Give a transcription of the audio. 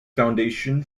foundation